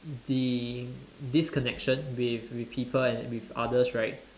the disconnection with people and with others right